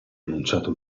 annunciato